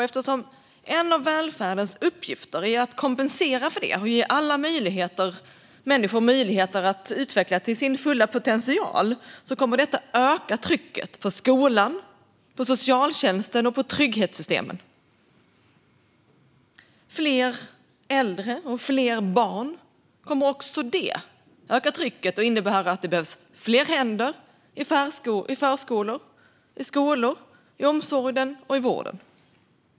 Eftersom en av välfärdens uppgifter är att kompensera för detta och ge alla människor möjlighet att utvecklas till sin fulla potential kommer trycket på skolan, socialtjänsten och trygghetssystemen att öka. Fler äldre och fler barn kommer också att öka trycket. Det kommer att innebära att det behövs fler händer i förskolor, skolor, omsorgen och vården.